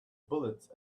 bullets